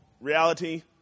reality